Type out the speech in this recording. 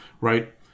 right